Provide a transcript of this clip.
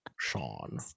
Sean